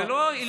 זו לא התנגחות.